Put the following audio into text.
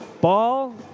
Ball